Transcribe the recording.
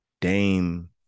Dame